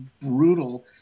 brutal